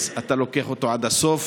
אתה לוקח אותו עד הסוף.